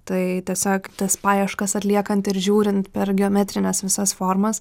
tai tiesiog tas paieškas atliekant ir žiūrint per geometrines visas formas